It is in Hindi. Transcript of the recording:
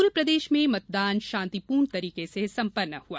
पूरे प्रदेश में मतदान शांतिपूर्ण तरीके से संपन्न हआ